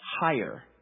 higher